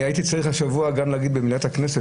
אני הייתי צריך השבוע גם להגיד במליאת הכנסת,